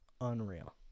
unreal